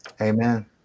Amen